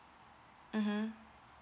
mmhmm